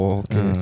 okay